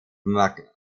macedonian